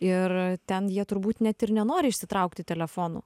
ir ten jie turbūt net ir nenori išsitraukti telefonų